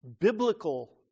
biblical